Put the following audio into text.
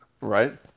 right